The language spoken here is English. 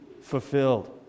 fulfilled